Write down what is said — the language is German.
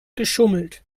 geschummelt